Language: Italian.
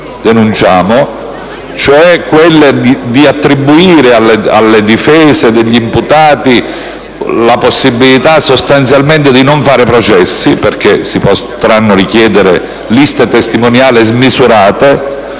denunciano, cioè quelli di attribuire alle difese degli imputati sostanzialmente la possibilità di non fare processi, perché si potranno richiedere le liste testimoniali smisurate,